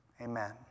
Amen